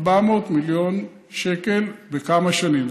400 מיליון שקל בכמה שנים,